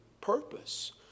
purpose